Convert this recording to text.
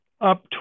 up